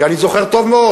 כי אני זוכר טוב מאוד,